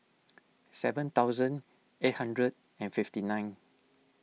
seven thousand eight hundred and fifty nine